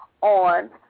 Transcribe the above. on